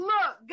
Look